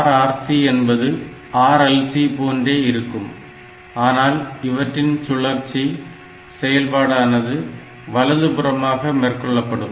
RRC என்பது RLC போன்றே இருக்கும் ஆனால் இவற்றின் சுழற்சி செயல்பாடானது வலது புறமாக மேற்கொள்ளப்படும்